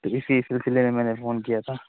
تو اسی سلسلے میں میں نے فون کیا تھا